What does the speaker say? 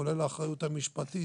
כולל האחריות המשפטית.